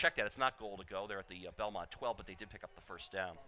check out it's not going to go there at the belmont twelve but they did pick up the first down